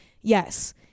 yes